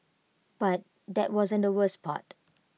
but that wasn't the worst part